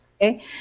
Okay